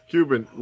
Cuban